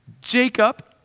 Jacob